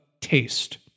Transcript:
taste